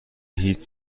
هیچ